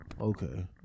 Okay